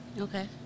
Okay